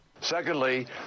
Secondly